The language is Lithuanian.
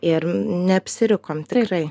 ir neapsirikom tikrai